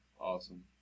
awesome